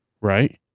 right